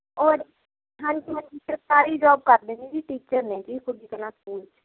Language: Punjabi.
ਔਰ ਹਾਂਜੀ ਹਾਂਜੀ ਸਰਕਾਰੀ ਜੋਬ ਕਰਦੇ ਨੇ ਜੀ ਟੀਚਰ ਨੇ ਜੀ ਬੁਰਜ ਕਲਾਂ ਸਕੂਲ 'ਚ